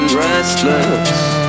Restless